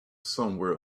somewhere